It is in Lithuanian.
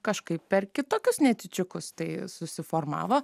kažkaip per kitokius netyčiukus tai susiformavo